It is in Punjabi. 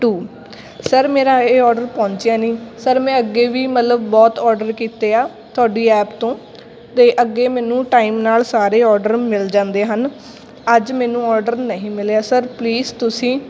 ਟੂ ਸਰ ਮੇਰਾ ਇਹ ਔਡਰ ਪਹੁੰਚਿਆ ਨਹੀਂ ਸਰ ਮੈਂ ਅੱਗੇ ਵੀ ਮਤਲਬ ਬਹੁਤ ਔਡਰ ਕੀਤੇ ਆ ਤੁਹਾਡੀ ਐਪ ਤੋਂ ਅਤੇ ਅੱਗੇ ਮੈਨੂੰ ਟਾਈਮ ਨਾਲ ਸਾਰੇ ਔਡਰ ਮਿਲ ਜਾਂਦੇ ਹਨ ਅੱਜ ਮੈਨੂੰ ਔਡਰ ਨਹੀਂ ਮਿਲਿਆ ਸਰ ਪਲੀਜ਼ ਤੁਸੀਂ